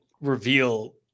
reveal